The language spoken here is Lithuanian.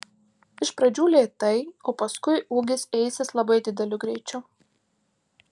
iš pradžių lėtai o paskui ūgis eisis labai dideliu greičiu